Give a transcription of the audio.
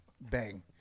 Bang